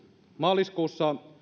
maaliskuussa